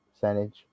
percentage